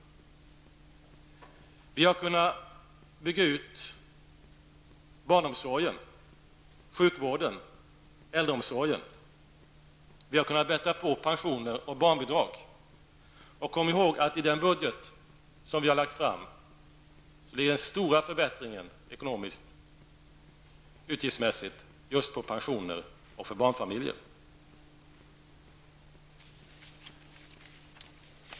Vi har kunnat bygga ut barnomsorgen, sjukvården, äldreomsorgen. Vi har kunnat bättra på pensioner och barnbidrag. Kom ihåg att i den budget som vi har lagt fram ligger stora förbättringar ekonomiskt och utgiftsmässigt just på pensioner och barnfamiljer.